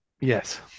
Yes